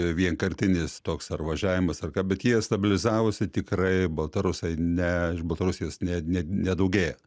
vienkartinis toks ar važiavimas ar ką bet jie stabilizavosi tikrai baltarusai ne iš baltarusijos ne net nedaugėja